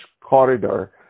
corridor